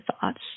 thoughts